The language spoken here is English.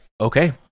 okay